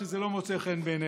שזה לא מוצא חן בעיניך.